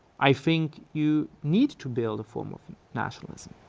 i think you need to build a form of nationalism.